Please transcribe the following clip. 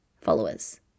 followers